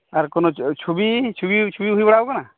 ᱟᱨ ᱠᱳᱱᱳ ᱪᱷᱚᱵᱤ ᱪᱷᱚᱵᱤ ᱪᱷᱚᱵᱤ ᱦᱩᱭ ᱵᱟᱲᱟᱣᱟᱠᱟᱱᱟ